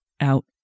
out